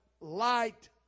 light